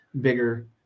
bigger